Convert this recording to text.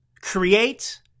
create